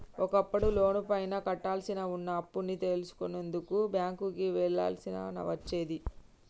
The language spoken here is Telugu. ఒకప్పుడు లోనుపైన కట్టాల్సి వున్న అప్పుని తెలుసుకునేందుకు బ్యేంకుకి వెళ్ళాల్సి వచ్చేది